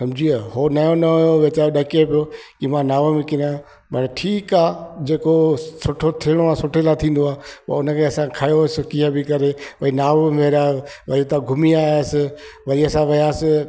सम्झी वियो हो नयो नयो हुयो वेचारि डके पियो की मां नाव में किरिया पर ठीकु आहे जेको सुठो थियणो आहे सुठे लाइ थींदो आहे पोइ उनखे असां खयोसि कीअं बि करे भई नाव में भई तव्हां घुमी आयासीं वरी असां वियासीं